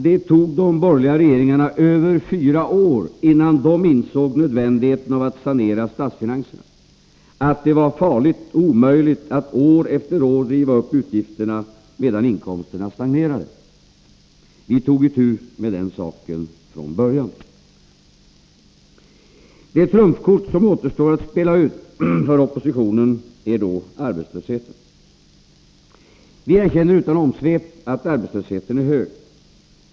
Det tog över fyra år innan de borgerliga regeringarna insåg nödvändigheten av att sanera statsfinanserna och att det var farligt och omöjligt att år efter år driva upp utgifterna medan inkomsterna stagnerade. Vi tog itu med den saken från början. Det trumfkort som återstår för oppositionen att spela ut är då arbetslösheten. Vi erkänner utan omsvep att arbetslösheten är hög.